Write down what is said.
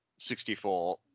64